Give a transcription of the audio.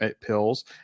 pills